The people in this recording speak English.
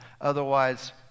Otherwise